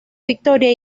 victoria